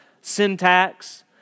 syntax